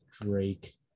Drake